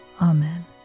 Amen